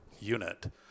unit